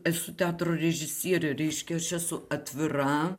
esu teatro režisierė reiškia aš esu atvira